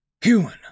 Human